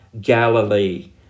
Galilee